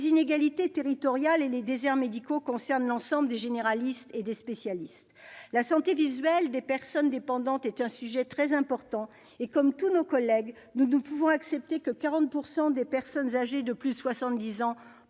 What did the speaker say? les inégalités territoriales et les déserts médicaux concernent l'ensemble des généralistes et des spécialistes. La santé visuelle des personnes dépendantes est un sujet très important, et, comme tous nos collègues, nous ne pouvons accepter que 40 % des personnes âgées de plus de